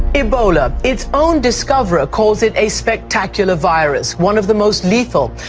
ebola its own discoverer calls it a spectacular virus, one of the most lethal,